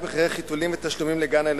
לא הכשל של מקסום שורת רווח על פני יצירת ערך